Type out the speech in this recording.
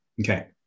Okay